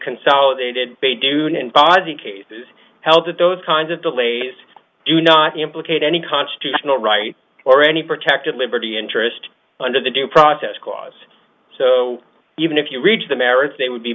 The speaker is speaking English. consolidated beydoun in baazi case has held that those kinds of delays do not implicate any constitutional right or any protected liberty interest under the due process clause so even if you reach the merits they would be